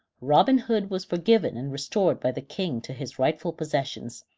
robin hood was forgiven and restored by the king to his rightful possessions,